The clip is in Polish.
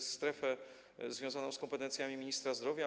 strefę związaną z kompetencjami ministra zdrowia.